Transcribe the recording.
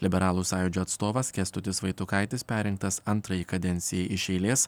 liberalų sąjūdžio atstovas kęstutis vaitukaitis perrinktas antrajai kadencijai iš eilės